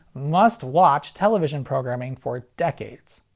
must-watch television programming for decades.